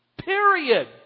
Period